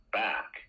back